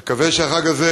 אני מקווה שהחג הזה,